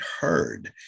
heard